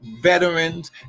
veterans